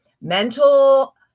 mental